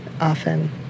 often